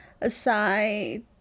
aside